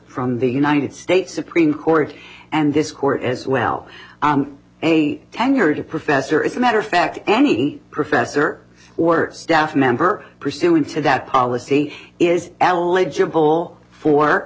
from the united states supreme court and this court as well a tenured professor as a matter of fact any professor or staff member pursuing to that policy is eligible for